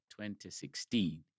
2016